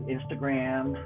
Instagram